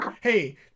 hey